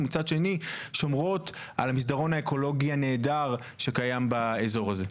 ומצד שני שומרות על המסדרון האקולוגי הנהדר שקיים באזור הזה.